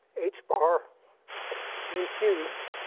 h bar nu cubed,